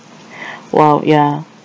!wow! ya